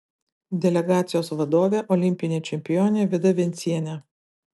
delegacijos vadovė olimpinė čempionė vida vencienė